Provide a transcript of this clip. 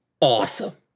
awesome